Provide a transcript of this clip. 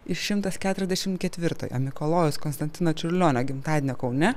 iš šimto keturiasdešimt ketvirtojo mikalojaus konstantino čiurlionio gimtadienio kaune